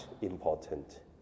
important